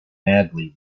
madly